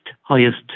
highest